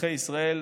אזרחי ישראל,